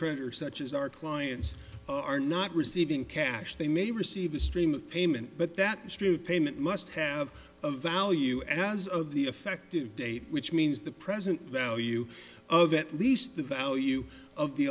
creditors such as our clients are not receiving cash they may receive a stream of payment but that street payment must have a value as of the effective date which means the present value of at least the value of the